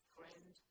Friend